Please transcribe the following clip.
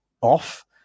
off